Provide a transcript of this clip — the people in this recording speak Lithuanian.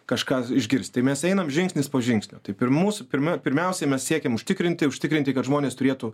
kažką išgirst tai mes einame žingsnis po žingsnio taip ir mūsų pirma pirmiausia mes siekiam užtikrinti užtikrinti kad žmonės turėtų